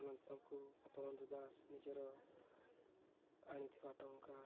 ଅନନ୍ତଙ୍କୁ ଗୋପବନ୍ଧୁ ଦାସ ନିଜର ଆଣିଥିବା ଟଙ୍କା